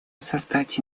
создать